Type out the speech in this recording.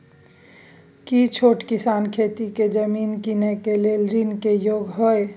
की छोट किसान खेती के जमीन कीनय के लेल ऋण के योग्य हय?